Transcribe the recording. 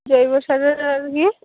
জৈব সারের আর কি